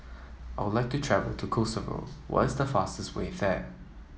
I would like to travel to Kosovo why is the fastest way there